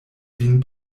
vin